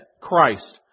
Christ